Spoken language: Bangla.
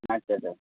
আচ্ছা স্যার